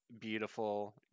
beautiful